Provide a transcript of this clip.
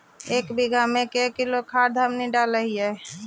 एक बीघा मे के किलोग्राम खाद हमनि डालबाय?